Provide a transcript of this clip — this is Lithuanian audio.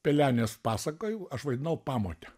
pelenės pasakoj aš vaidinau pamotę